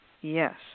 Yes